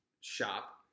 shop